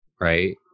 right